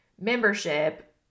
membership